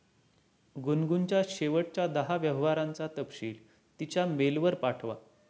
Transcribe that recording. गुनगुनच्या शेवटच्या दहा व्यवहारांचा तपशील तिच्या मेलवर पाठवा